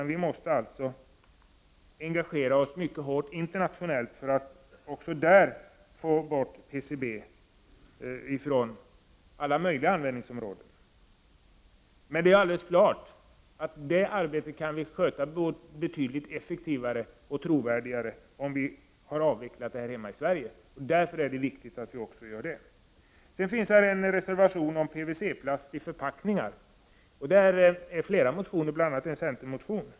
Vi måste engagera oss mycket hårt internationellt, för att också där få bort PCB från olika användningsområden. Det är alldeles klart att vi kan sköta det arbetet betydligt effektivare och trovärdigare om vi avvecklar användningen av PCB i Sverige. Därför är det viktigt att vi gör det. En reservation handlar om PVC-plast i förpackningar. Flera motioner ligger till grund för den reservationen, bl.a. en centermotion.